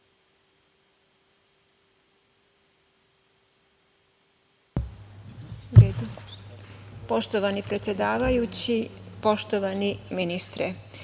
Poštovani predsedavajući, poštovani ministre,